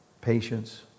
patience